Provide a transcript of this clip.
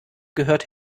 gehört